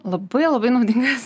labai labai naudingas